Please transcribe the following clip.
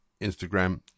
Instagram